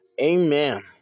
Amen